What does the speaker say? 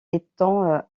étant